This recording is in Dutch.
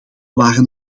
waren